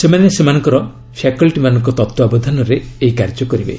ସେମାନେ ସେମାନଙ୍କର ଫାକଲ୍ଟିମାନଙ୍କ ତତ୍ତ୍ୱାବଧାନରେ ଏହି କାର୍ଯ୍ୟ କରିବେ